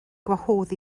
gwahodd